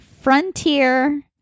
frontier